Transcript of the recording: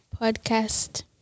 Podcast